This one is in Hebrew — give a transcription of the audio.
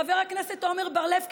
חבר הכנסת עמר בר-לב,